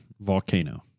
Volcano